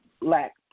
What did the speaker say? lack